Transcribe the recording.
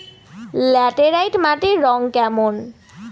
Laterite মাটির রং কেমন?